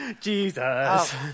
Jesus